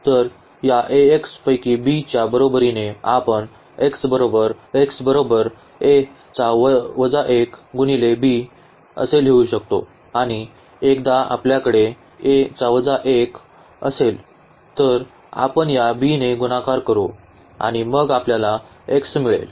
तर या पैकी b च्या बरोबरीने आपण असे लिहू शकतो आणि एकदा आपल्याकडे असेल तर आपण या b ने गुणाकार करू आणि मग आपल्याला x मिळेल